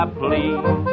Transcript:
please